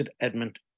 Edmund